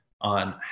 on